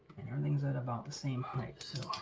and everything's at about the same height. so,